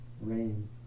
rain